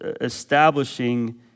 establishing